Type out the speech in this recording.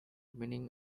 meaning